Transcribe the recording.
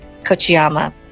Kochiyama